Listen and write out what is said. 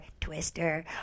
Twister